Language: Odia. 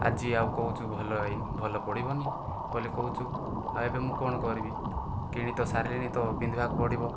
ଆଜି ଆଉ କହୁଛୁ ଭଲ ହେଇ ଭଲ ପଡ଼ିବନି ବୋଲି କହୁଛୁ ଆଉ ଏବେ ମୁଁ କ'ଣ କରିବି କିଣି ତ ସାରିଲିଣି ତ ପିନ୍ଧିବାକୁ ପଡ଼ିବ